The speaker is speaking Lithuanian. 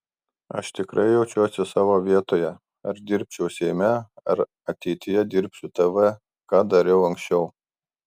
aš tikrai jaučiuosi savo vietoje ar dirbčiau seime ar ateityje dirbsiu tv ką dariau anksčiau